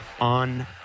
on